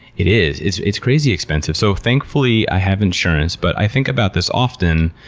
it is. it's it's crazy expensive. so thankfully, i have insurance, but i think about this often,